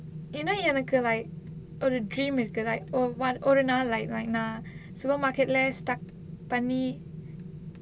இன்னும் எனக்கு:innum enakku like ஒரு:oru dream இருக்கு:irukku like oh one ஒரு நாள்:oru naal like நா:naa supermarket leh stuck பண்ணி:panni